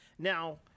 Now